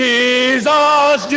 Jesus